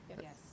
Yes